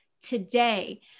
today